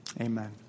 Amen